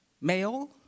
male